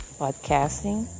podcasting